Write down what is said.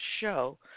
show